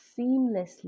seamlessly